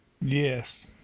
yes